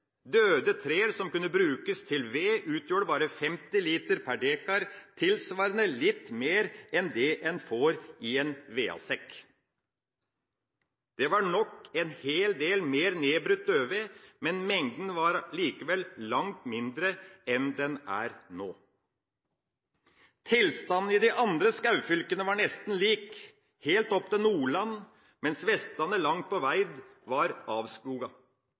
Døde trær som kunne brukes til ved, utgjorde bare 50 liter per dekar, tilsvarende litt mer enn det man får i en vedsekk. Det var nok en hel del mer nedbrutt dødved, men mengden var likevel langt mindre enn den er nå. Tilstanden i de andre skogfylkene var nesten lik, helt opp til Nordland, mens Vestlandet langt på veg var